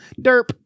derp